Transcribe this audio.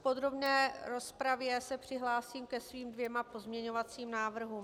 V podrobné rozpravě se přihlásím ke svým dvěma pozměňovacím návrhům.